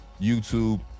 YouTube